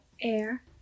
air